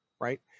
right